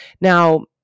Now